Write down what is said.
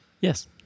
Yes